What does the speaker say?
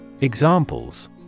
Examples